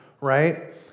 right